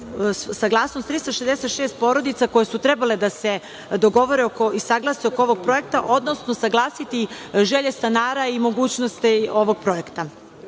saglasnost 366 porodica koje su trebale da se dogovore i saglase oko ovog projekta, odnosno saglasiti želje stanara i mogućnosti ovog projekta. Potpisan